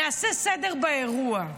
נעשה סדר באירוע: